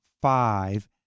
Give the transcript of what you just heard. five